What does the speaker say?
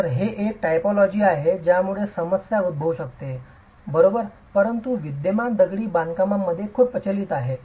तर हे एक टायपोलॉजी आहे ज्यामुळे समस्या उद्भवू शकते बरोबर परंतु विद्यमान दगडी बांधकामांमध्ये खूप प्रचलित आहे